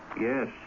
yes